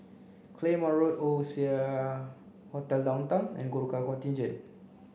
Claymore Road Oasia Hotel Downtown and Gurkha Contingent